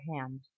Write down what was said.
hand